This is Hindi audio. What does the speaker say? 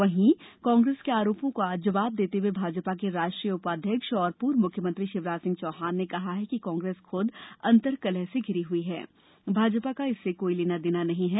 वहीं कांग्रेस के आरोपों का जवाब देते हुए भाजपा के राष्ट्रीय उपाध्यक्ष एवं पूर्व मुख्यमंत्री शिवराज सिंह चौहान ने कहा है कि कांग्रेस खूद अंतर्कलह से घिरी हई है भाजपा का इससे कोई लेना देना नहीं है